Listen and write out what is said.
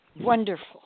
Wonderful